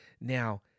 Now